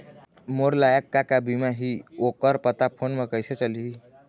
मोर लायक का का बीमा ही ओ कर पता फ़ोन म कइसे चलही?